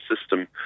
system